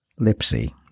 Lipsy